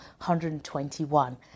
121